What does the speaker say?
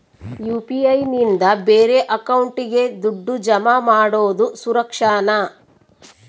UPI ನಿಂದ ಬೇರೆ ಅಕೌಂಟಿಗೆ ದುಡ್ಡು ಜಮಾ ಮಾಡೋದು ಸುರಕ್ಷಾನಾ?